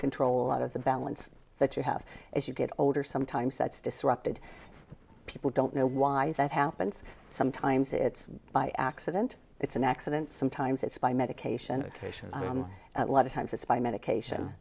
control out of the balance that you have as you get older sometimes that's disrupted people don't know why that happens sometimes it's by accident it's an accident sometimes it's by medication or creation a lot of times it's by medication